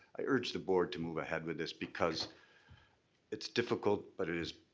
i urge the board to move ahead with this because it's difficult but it is